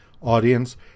audience